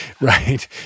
Right